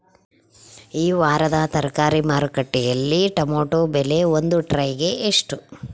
ಈ ವಾರದ ತರಕಾರಿ ಮಾರುಕಟ್ಟೆಯಲ್ಲಿ ಟೊಮೆಟೊ ಬೆಲೆ ಒಂದು ಟ್ರೈ ಗೆ ಎಷ್ಟು?